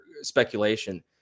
speculation